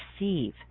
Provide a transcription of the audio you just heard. receive